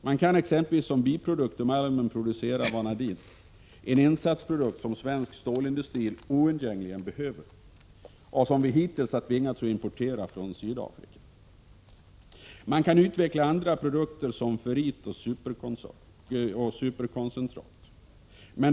Man kan exempelvis som en biprodukt ur malmen producera vanadin, en insatsprodukt som svensk stålindustri oundgängligen behöver och som vi hittills tvingats importera från Sydafrika. Man kan utveckla andra produkter som ferrit och superkoncentrat.